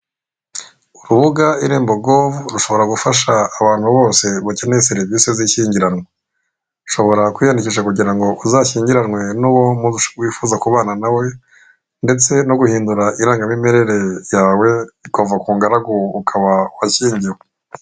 Urubuga irembo govu rushobora gufasha abantu bose bakeneye serivise zishyingiranwa. Ushobora kwiyandikisha kugira ngo uzashyingiranwe nuwo wifuza kubana nawe ndetse no guhindura irangamimerere yawe ikava kungaragu ukaba uwashyingiwe.